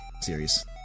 series